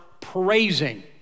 praising